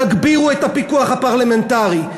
תגבירו את הפיקוח הפרלמנטרי,